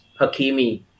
hakimi